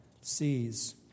sees